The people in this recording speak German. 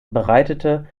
bereitete